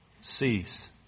cease